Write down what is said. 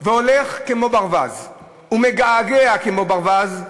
והולך כמו ברווז ומגעגע כמו ברווז,